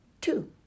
Two